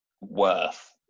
worth